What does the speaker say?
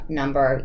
number